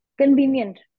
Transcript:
convenient